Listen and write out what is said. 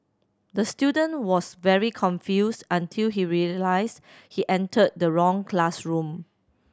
the student was very confused until he realised he entered the wrong classroom